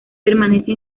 permanece